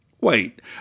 Wait